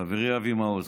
חברי אבי מעוז,